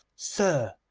sir,